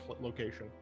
location